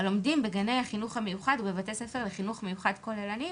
הלומדים בגני החינוך מיוחד ובבתי ספר לחינוך מיוחד כוללניים.